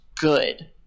good